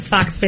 Fox